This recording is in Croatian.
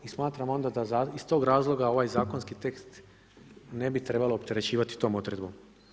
I smatram onda da iz tog razloga ovaj zakonski tekst ne bi trebalo opterećivati tom odredbom.